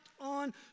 on